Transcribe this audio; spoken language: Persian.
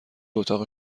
اتاق